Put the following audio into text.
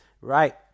Right